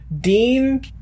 Dean